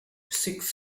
six